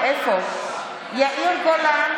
אינו נוכח היבה יזבק,